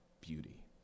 beauty